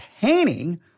painting